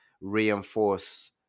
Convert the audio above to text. reinforce